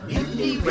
Mutiny